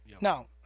no